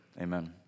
amen